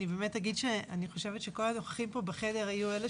אני אומר שאני חושבת שכל הנוכחים כאן בחדר היו אלה